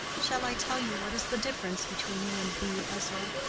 shall i tell you what is the difference between you and me, ezra?